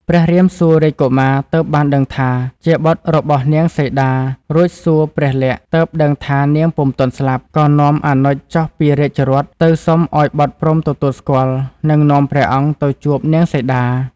ព្រះរាមសួររាជកុមារទើបបានដឹងថា ជាបុត្ររបស់នាងសីតារួចសួរព្រះលក្សណ៍ ទើបដឹងថានាងពុំទាន់ស្លាប់ ក៏នាំអនុជចុះពីរាជរថទៅសុំឱ្យបុត្រព្រមទទួលស្គាល់និងនាំព្រះអង្គទៅជួប នាងសីតា។